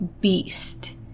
beast